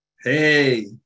Hey